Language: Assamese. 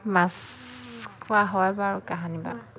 মাছ খোৱা হয় বাৰু কাহানিবা